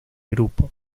grupo